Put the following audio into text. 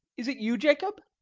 is it you, jacob?